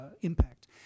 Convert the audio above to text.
impact